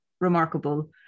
remarkable